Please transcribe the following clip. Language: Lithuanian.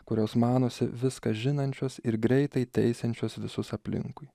kurios manosi viską žinančios ir greitai teisiančios visus aplinkui